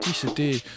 c'était